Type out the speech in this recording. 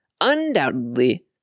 undoubtedly